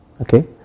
Okay